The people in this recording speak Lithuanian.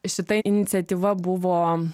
šita iniciatyva buvo